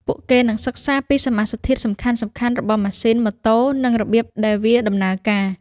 ពួកគេនឹងសិក្សាពីសមាសធាតុសំខាន់ៗរបស់ម៉ាស៊ីនម៉ូតូនិងរបៀបដែលវាដំណើរការ។